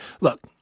look